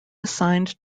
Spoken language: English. assigned